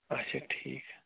اچھا ٹھیٖک